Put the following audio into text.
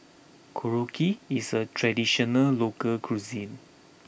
Korokke is a traditional local cuisine